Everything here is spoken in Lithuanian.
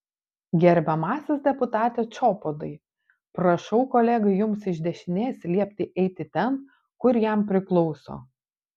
gerbiamasis deputate čobotai prašau kolegai jums iš dešinės liepti eiti ten kur jam priklauso